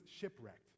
shipwrecked